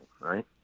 right